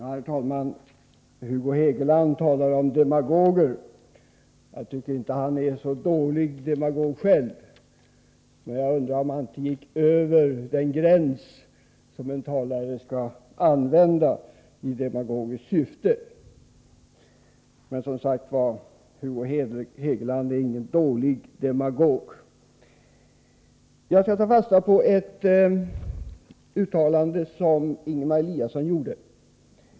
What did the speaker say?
Herr talman! Hugo Hegeland talar om demagoger. Jag tycker inte att han är en så dålig demagog själv. Jag undrar emellertid om han inte överskred gränsen för hur långt en talare bör sträcka sig i demagogiskt syfte. Hugo Hegeland är, som sagt, ingen dålig demagog. Jag skall ta fasta på ett uttalande som Ingemar Eliasson gjorde.